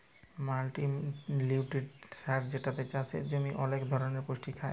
multinutrient সার যেটাতে চাসের জমি ওলেক ধরলের পুষ্টি পায়